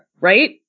Right